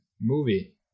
movie